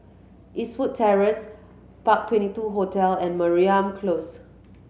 Eastwood Terrace Park Twenty two Hotel and Mariam Close